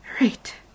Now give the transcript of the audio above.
Right